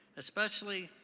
especially